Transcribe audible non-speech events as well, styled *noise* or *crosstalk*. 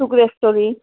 *unintelligible*